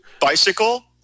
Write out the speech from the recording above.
Bicycle